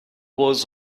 hours